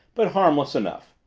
but harmless enough.